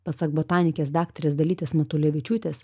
pasak botanikės dakltarės dalytės matulevičiūtės